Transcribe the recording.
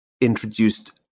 introduced